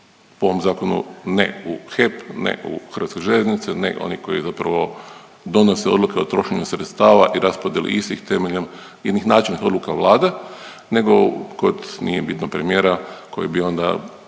po ovom zakonu ne u HEP, ne u HŽ, ne oni koji zapravo donose odluke o trošenju sredstava i raspodjeli istih temeljem jednih načelnih odluka Vlade nego kod, nije bitno, premijera koji bi onda